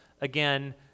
again